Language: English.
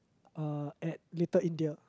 uh at Little-India